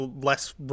less